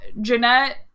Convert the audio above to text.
Jeanette